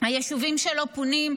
היישובים שלא מפונים,